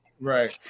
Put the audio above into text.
Right